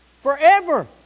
Forever